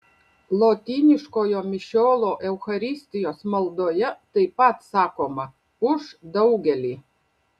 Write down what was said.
lotyniškojo mišiolo eucharistijos maldoje taip pat sakoma už daugelį